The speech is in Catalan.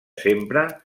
sempre